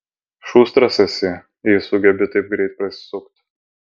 šustras esi jei sugebi taip greit prasisukt